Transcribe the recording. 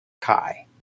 Kai